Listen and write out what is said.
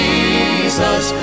Jesus